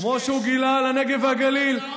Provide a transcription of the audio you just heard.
תבדוק את הצעות החוק שלי מלפני שלוש שנים.